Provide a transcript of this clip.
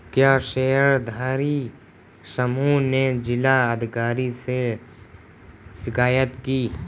क्या शेयरधारी समूह ने जिला अधिकारी से शिकायत की?